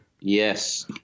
Yes